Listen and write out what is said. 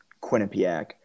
Quinnipiac